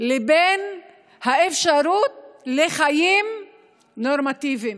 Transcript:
לבין האפשרות לחיים נורמטיביים.